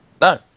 No